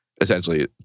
essentially